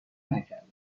نکردم